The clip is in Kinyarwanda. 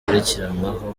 akurikiranweho